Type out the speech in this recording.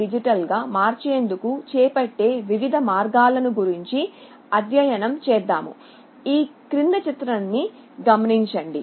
digital నుండి analogue మార్పిడి చేపట్టే వివిధ మార్గాలను ఇక్కడ అధ్యయనం చేస్తాము